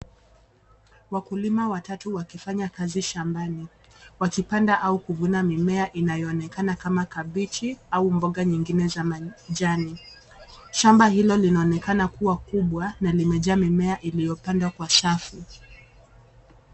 Wakulima watatu wakifanya kazi shambani wakipanda au kuvuna mimea inayoonekana kama kabichi au mboga nyingine za majani, shamba hilo linaonekana kua kubwa na limejaa mimea iliyopandwa kwa safu.